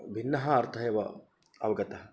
भिन्नः अर्थः एव अवगतः